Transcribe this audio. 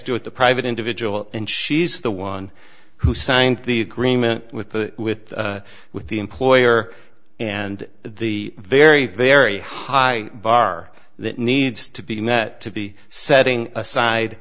to do with the private individual and she's the one who signed the agreement with the with with the employer and the very very high bar that needs to be met to be setting aside